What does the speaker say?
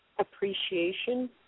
Appreciation